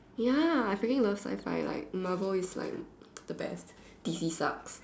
ya I freaking love sci-fi like Marvel is like the best D_C sucks